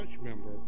member